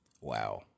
Wow